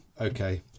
okay